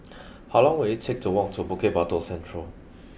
how long will it take to walk to Bukit Batok Central